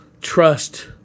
trust